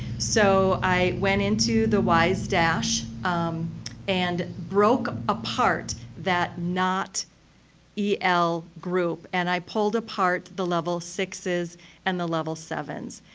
so, i went into the wisedash um and i broke apart that not el group and i pulled apart the level sixes and the level sevens.